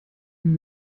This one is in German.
dem